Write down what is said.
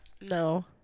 No